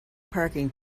parking